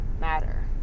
matter